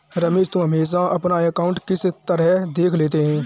रमेश तुम हमेशा अपना अकांउट किस तरह देख लेते हो?